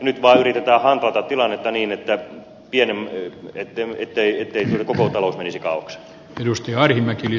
nyt vaan yritetään handlata tilannetta niin ettei koko talous menisi kaaokseen